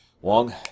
Wong